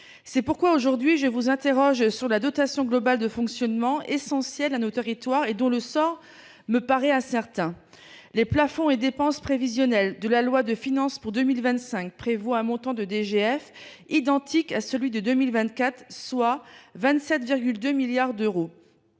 avec peu. Je souhaite donc vous interroger sur la dotation globale de fonctionnement (DGF), essentielle à nos territoires et dont le sort me paraît incertain. Les plafonds de dépenses prévisionnelles de la loi de finances pour 2025 prévoient un montant de DGF identique à celui de 2024, soit 27,2 milliards d’euros.